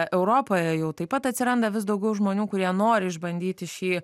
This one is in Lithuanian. europoje jau taip pat atsiranda vis daugiau žmonių kurie nori išbandyti šį